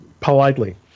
Politely